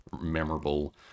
memorable